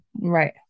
Right